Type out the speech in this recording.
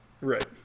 right